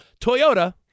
Toyota